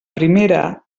primera